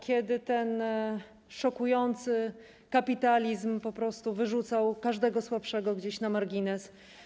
kiedy szokujący kapitalizm po prostu wyrzucał każdego słabszego gdzieś na margines.